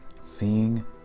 Seeing